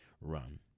run